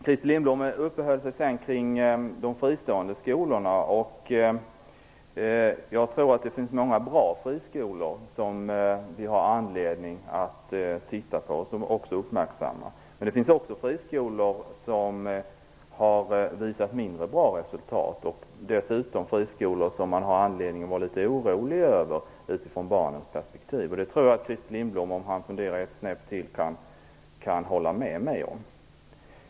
Christer Lindblom uppehöll sig kring de fristående skolorna. Jag tror att det finns många bra friskolor, som vi har anledning att titta närmare på och uppmärksamma. Men det finns också friskolor som har visat mindre bra resultat. Det finns dessutom friskolor som det finns anledning att utifrån barnens perspektiv vara litet orolig över. Det tror jag att Christer Lindblom, om han funderar ytterligare ett snäpp, kan hålla med om.